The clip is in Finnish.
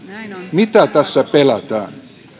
mitä tässä pelätään